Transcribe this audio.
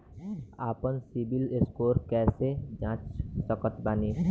आपन सीबील स्कोर कैसे जांच सकत बानी?